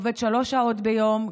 עובד שלוש שעות ביום,